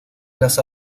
las